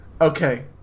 Okay